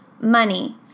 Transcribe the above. money